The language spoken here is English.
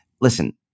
listen